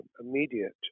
immediate